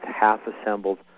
half-assembled